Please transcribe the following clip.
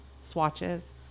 swatches